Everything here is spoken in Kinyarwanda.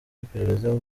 iperereza